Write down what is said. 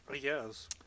Yes